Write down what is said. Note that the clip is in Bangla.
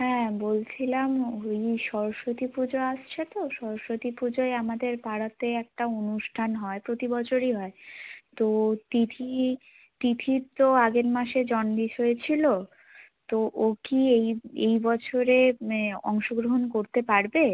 হ্যাঁ বলছিলাম ওই সরস্বতী পুজো আসছে তো সরস্বতী পুজোয় আমাদের পাড়াতে একটা অনুষ্ঠান হয় প্রতি বছরই হয় তো তিথি তিথির তো আগের মাসে জন্ডিস হয়েছিল তো ও কি এই এই বছরে মেয়ে অংশগ্রহণ করতে পারবে